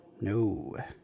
no